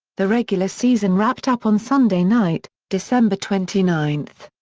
the regular season wrapped up on sunday night, december twenty nine.